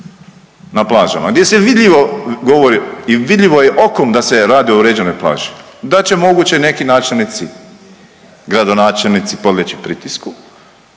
na plažama, gdje se vidljivo govori i vidljivo je okom da se radi o uređenoj plaži, da će moguće neki načelnici, gradonačelnici podlijeći pritisku